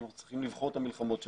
אנחנו צריכים לבחור את המלחמות שלנו.